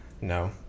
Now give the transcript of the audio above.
No